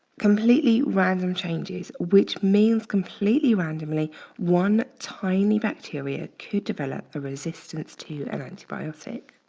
completely random changes, which means completely randomly one tiny bacteria could develop a resistance to an antibiotic.